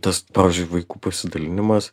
tas pavyzdžiui vaikų pasidalinimas